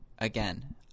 Again